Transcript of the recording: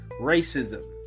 racism